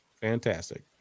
fantastic